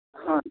হয়